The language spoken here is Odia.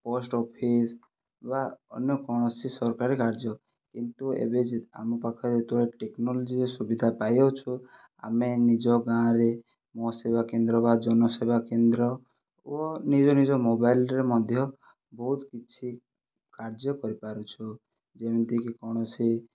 ପୋଷ୍ଟଅଫିସ୍ ବା ଅନ୍ୟ କୌଣସି ସରକାରୀ କାର୍ଯ୍ୟ କିନ୍ତୁ ଏବେ ଆମ ପାଖରେ ଯେତେବଳେ ଟେକ୍ନୋଲୋଜିର ସୁବିଧା ପାଇଅଛୁ ଆମେ ନିଜ ଗାଁରେ ମୋ ସେବା କେନ୍ଦ୍ର ବା ଜନସେବା କେନ୍ଦ୍ର ଓ ନିଜ ନିଜ ମୋବାଇଲରେ ମଧ୍ୟ ବହୁତ କିଛି କାର୍ଯ୍ୟ କରିପାରୁଛୁ ଯେମିତିକି କୌଣସି